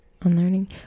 Unlearning